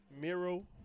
Miro